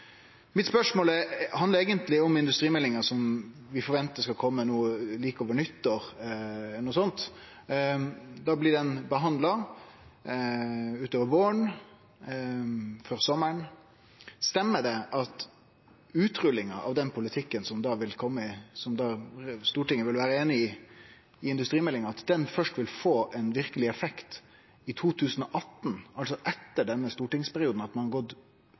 mitt handlar eigentleg om industrimeldinga, som vi forventar kjem rett over nyttår eller noko sånt. Då blir ho behandla utover våren, før sommaren. Er det rett at utrullinga av den politikken – som kjem i industrimeldinga, og som Stortinget da vil vere einig i – vil få verkeleg effekt først i 2018, altså etter denne stortingsperioden, og at ein har gått